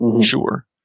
Sure